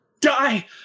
die